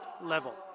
level